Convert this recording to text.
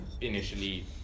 initially